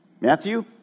Matthew